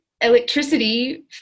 electricity